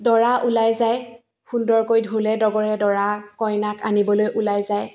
দৰা ওলাই যায় সুন্দৰকৈ ঢোলে দগৰে দৰা কইনাক আনিবলৈ ওলাই যায়